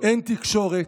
אין תקשורת.